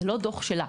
כי זה לא דוח שלה.